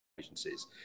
agencies